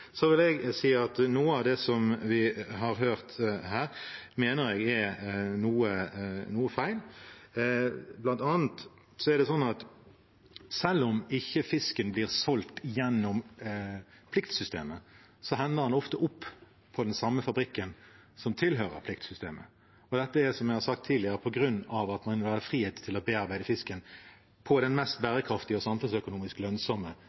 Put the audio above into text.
Så jeg sier at noe av det vi har hørt her, mener jeg er noe feil. Blant annet er det slik at selv om ikke fisken blir solgt gjennom pliktsystemet, ender den gjerne på den samme fabrikken som tilhører pliktsystemet. Dette er, som jeg har sagt tidligere, på grunn av at man vil ha frihet til å bearbeide fisken på den mest bærekraftige og samfunnsøkonomisk lønnsomme